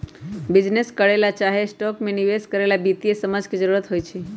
business करे ला चाहे स्टॉक में निवेश करे ला वित्तीय समझ के जरूरत होई छई